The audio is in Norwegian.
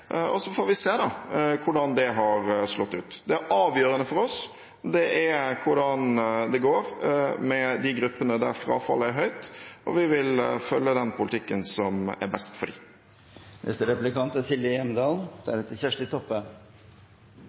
regel. Så får vi se hvordan det har slått ut. Det avgjørende for oss er hvordan det går med de gruppene der frafallet er høyt. Vi vil følge den politikken som er best for